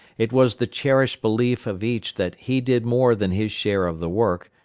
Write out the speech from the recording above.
it was the cherished belief of each that he did more than his share of the work,